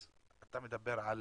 אז אתה מדבר על